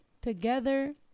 together